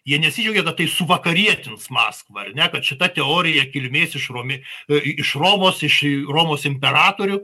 jie nesidžiaugė kad tai suvakarietins maskvą ar ne kad šita teorija kilmės iš romi iš romos iš romos imperatorių